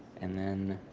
and then